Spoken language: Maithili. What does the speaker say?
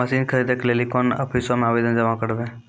मसीन खरीदै के लेली कोन आफिसों मे आवेदन जमा करवै?